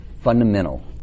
fundamental